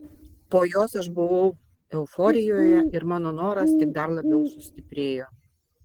po jos aš buvau euforijoje ir mano noras tik dar labiau sustiprėjo